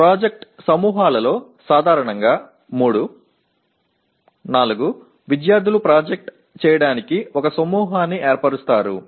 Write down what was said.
திட்டக் குழுக்களில் பொதுவாக திட்டத்தைச் செய்ய 3 4 மாணவர்கள் ஒரு குழுவை உருவாக்குகிறார்கள்